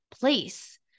place